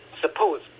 suppose